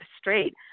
straight